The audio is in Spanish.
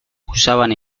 usaban